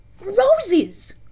Roses